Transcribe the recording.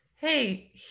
hey